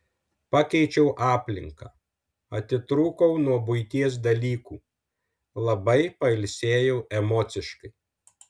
pakeičiau aplinką atitrūkau nuo buities dalykų labai pailsėjau emociškai